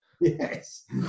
Yes